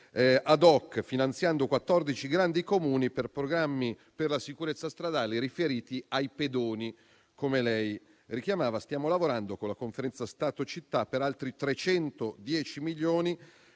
*ad hoc* finanziando 14 grandi Comuni per programmi per la sicurezza stradale riferiti ai pedoni, come l'interrogante richiamava. Stiamo lavorando con la Conferenza Stato-città ed autonomie